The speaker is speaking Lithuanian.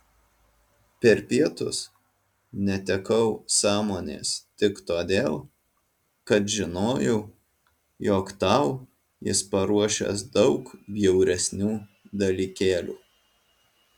per pietus netekau sąmonės tik todėl kad žinojau jog tau jis paruošęs daug bjauresnių dalykėlių